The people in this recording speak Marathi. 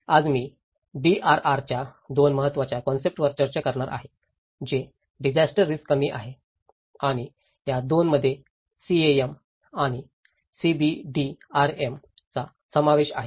आज मी डीआरआर च्या 2 महत्वाच्या कॉन्सेप्ट वर चर्चा करणार आहे जे डिजास्टर रिस्क कमी आहे आणि या 2 मध्ये सीएएम आणि सीबीडीआरएम चा समावेश आहे